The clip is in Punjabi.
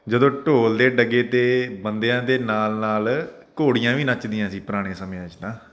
ਜਦੋਂ ਢੋਲ ਦੇ ਡਗੇ 'ਤੇ ਬੰਦਿਆਂ ਦੇ ਨਾਲ ਨਾਲ ਘੋੜੀਆਂ ਵੀ ਨੱਚਦੀਆਂ ਸੀ ਪੁਰਾਣਿਆਂ ਸਮਿਆਂ 'ਚ ਤਾਂ